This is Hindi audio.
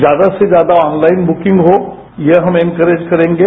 ज्यादा से ज्यादा ऑनलाइन बुकिंग हो यह हम इनकरेज करेंगे